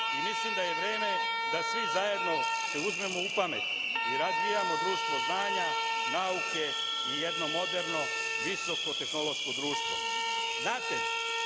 i mislim da je vreme da svi zajedno se uzmemo u pamet i razvijamo društvo znanja, nauke i jedno moderno visoko tehnološko društvo. Znate,